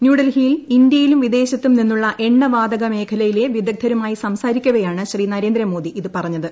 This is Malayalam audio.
ന്യൂഡൽഹിയിൽ ഇന്ത്യയിലും വിദേശത്തും നിന്നുള്ള എണ്ണ വാതക മേഖലയിലെ വിദഗ്ധരുമായി സംസാരിക്കവേയാണ് ശ്രീ നരേന്ദ്രമോദി ഇത് പറഞ്ഞത്